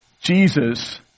Jesus